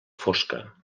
fosca